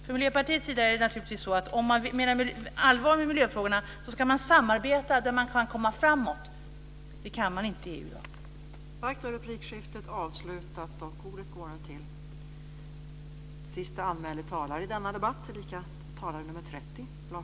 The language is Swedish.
Vi i Miljöpartiet anser att man, om man menar allvar med miljöfrågorna, ska samarbeta där man vill komma framåt - det kan man inte i EU i dag!